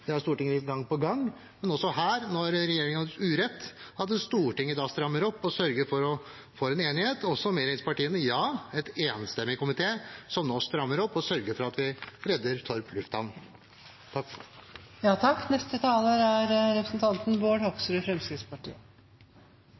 det har Stortinget vist gang på gang. Men også her, når regjeringen har urett, strammer Stortinget opp og sørger for å få en enighet, også med regjeringspartiene – ja, en enstemmig komité strammer nå opp og sørger for at vi redder Sandefjord lufthavn Torp. Representanten Grimstad sa at det ikke var så vanskelig å få til, men det er